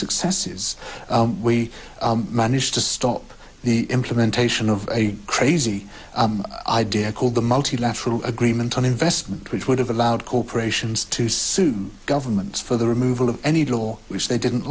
successes we managed to stop the implementation of a crazy idea called the multilateral agreement on investment which would have allowed corporations to sue governments for the removal of any law which they didn't